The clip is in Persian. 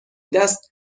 دست